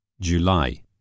July